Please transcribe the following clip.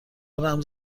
رمز